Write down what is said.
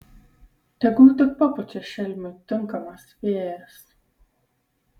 tegul tik papučia šelmiui tinkamas vėjas